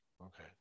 Okay